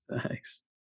Thanks